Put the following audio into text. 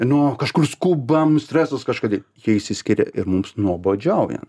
nu kažkur skubam stresas kažka dir jie išsiskiria ir mums nuobodžiaujant